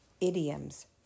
idioms